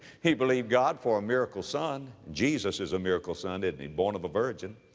he believed god for a miracle son. jesus is a miracle son, isn't he, born of a virgin?